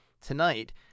tonight